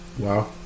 wow